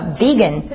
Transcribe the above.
vegan